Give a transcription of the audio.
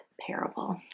parable